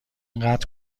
قطع